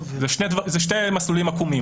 אלה שני מסלולים עקומים.